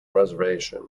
reservation